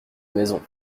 maison